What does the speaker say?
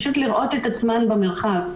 פשוט לראות את עצמן במרחב.